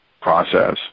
process